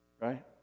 right